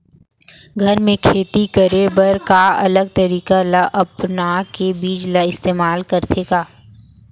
घर मे खेती करे बर का अलग तरीका ला अपना के बीज ला इस्तेमाल करथें का?